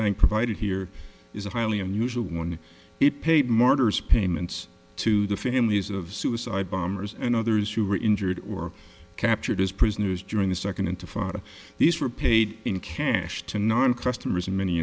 bank provided here is a highly unusual one it paid martyrs payments to the families of suicide bombers and others who were injured or captured as prisoners during the second intifada these were paid in cash to non customers in many